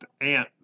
ant